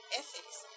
ethics